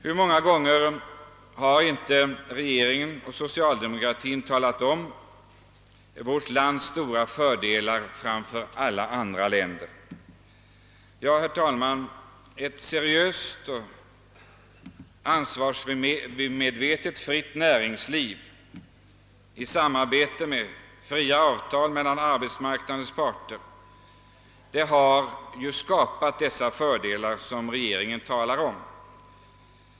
Hur många gånger har inte regeringen och socialdemokraterna talat om vårt lands stora fördelar framför alla andra länder. Ett seriöst och ansvarsmedvetet fritt näringsliv och förekomsten av fria avtal mellan arbetsmarknadens parter har skapat dessa fördelar som regeringen talar om.